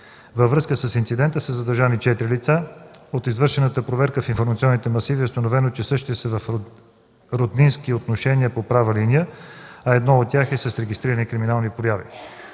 Във връзка с инцидента са задържани четири лица. От извършената проверка в информационните масиви е установено, че същите са в роднински отношения по права линия, а едно от тях е с регистрирани криминални прояви.